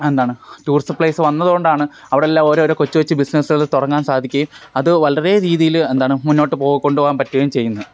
എന്താണ് tourism place വന്നത് കൊണ്ടാണ് അവിടെ എല്ലാം ഓരോ ഓരോ കൊച്ചു കൊച്ചു ബിസിനെസ്സുകൾ തുടങ്ങാൻ സാധിക്കുകയും അത് വളരേ രീതിയിൽ എന്താണ് മുന്നോട്ട് കൊണ്ടുപോവാൻ പറ്റുകയും ചെയ്യുന്നത്